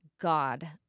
God